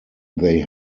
they